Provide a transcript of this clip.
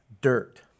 dirt